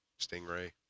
Stingray